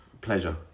pleasure